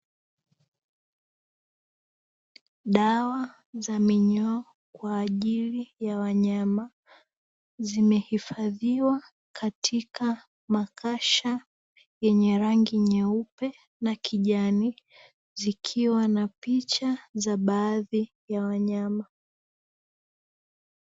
Dawa za minyoo kwa ajili ya wanyama, zimehifadhiwa katika makasha yenye rangi nyeupe na kijani, zikiwa na picha ya baadhi ya wanyama.